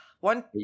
One